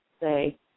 say